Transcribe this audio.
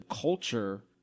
culture